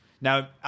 Now